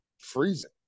freezing